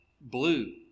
blue